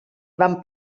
van